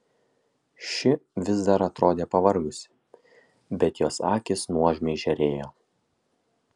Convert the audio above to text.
ši vis dar atrodė pavargusi bet jos akys nuožmiai žėrėjo